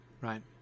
right